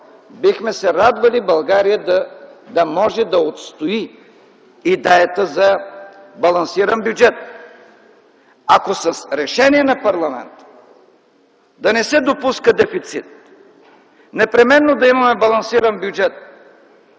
бихме се радвали България да може да отстои идеята за балансиран бюджет. Ако с решение на парламента - да не се допуска дефицит, непременно да имаме балансиран бюджет,